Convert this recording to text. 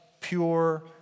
pure